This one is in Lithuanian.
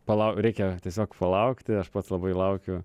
palauk reikia tiesiog palaukti aš pats labai laukiu